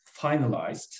finalized